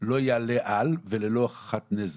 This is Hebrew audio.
לא יעלה על וללא הוכחת נזק,